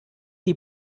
die